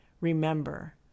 remember